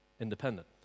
Independent